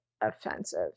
offensive